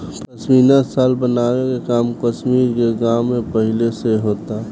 पश्मीना शाल बनावे के काम कश्मीर के गाँव में पहिले से होता